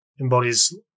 embodies